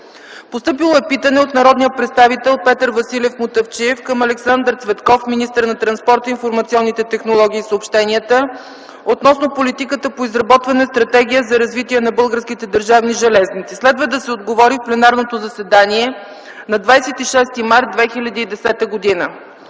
Постъпило е питане от народния представител Петър Василев Мутафчиев към Александър Цветков – министър на транспорта, информационните технологии и съобщенията, относно политиката по изработване на стратегия за развитие на Българските държавни железници. Следва да се отговори в пленарното заседание на 26 март 2010 г.